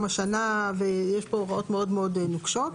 השנה ויש פה הוראות מאוד מאוד נוקשות.